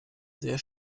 sehr